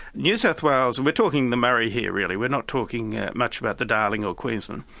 new south wales, and we're talking the murray here really, we're not talking much about the darling or queensland,